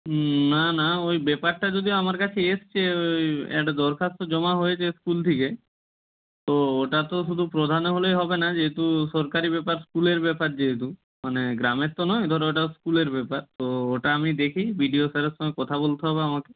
হুম না না ওই ব্যাপারটা যদিও আমার কাছে এসেছে ওই একটা দরখাস্ত জমা হয়েছে স্কুল থেকে তো ওটা তো শুধু প্রধান হলেই হবে না যেহেতু সরকারি ব্যাপার স্কুলের ব্যাপার যেহেতু মানে গ্রামের তো নয় ধরো ওটা স্কুলের ব্যাপার তো ওটা আমি দেখি বি ডি ও স্যারের সঙ্গে কথা বলতে হবে আমাকে